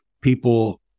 people